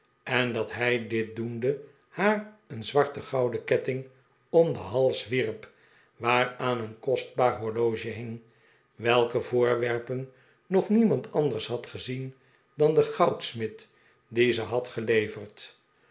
en dat hij dit doende haar een zwaren gouden ketting om den hals wierp waaraan een kostbaar horloge hing welke voorwerpen nog niemand anders had gezien dan de goudsmid die ze had geleverd